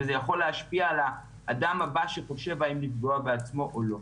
וזה יכול להשפיע על אדם הבא שחושב אם לפגוע בעצמו או לא.